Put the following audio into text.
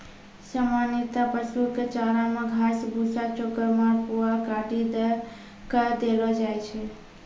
सामान्यतया पशु कॅ चारा मॅ घास, भूसा, चोकर, माड़, पुआल काटी कॅ देलो जाय छै